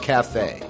Cafe